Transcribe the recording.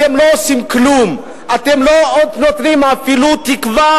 אתם לא עושים כלום, אתם לא נותנים אפילו תקווה,